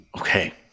Okay